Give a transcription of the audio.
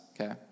okay